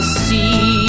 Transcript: see